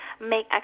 make